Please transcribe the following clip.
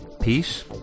Peace